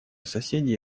соседи